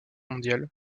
mondiale